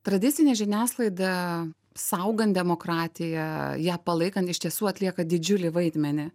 tradicinė žiniasklaida saugant demokratiją ją palaikant iš tiesų atlieka didžiulį vaidmenį